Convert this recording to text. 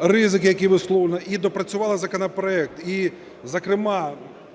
ризики, які висловлювали, і доопрацювали законопроект. І зокрема